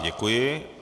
Děkuji.